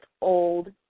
old